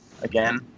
again